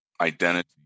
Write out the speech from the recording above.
identity